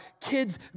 kids